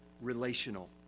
relational